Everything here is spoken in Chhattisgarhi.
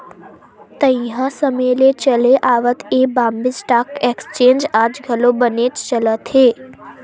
तइहा समे ले चले आवत ये बॉम्बे स्टॉक एक्सचेंज आज घलो बनेच चलत हे